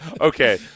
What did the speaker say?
Okay